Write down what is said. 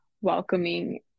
welcoming